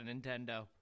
Nintendo